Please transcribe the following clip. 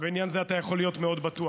בעניין זה אתה יכול להיות מאוד בטוח.